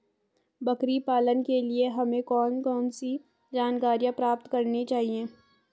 बकरी पालन के लिए हमें कौन कौन सी जानकारियां प्राप्त करनी चाहिए?